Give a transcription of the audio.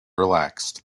relaxed